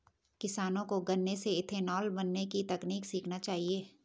किसानों को गन्ने से इथेनॉल बनने की तकनीक सीखना चाहिए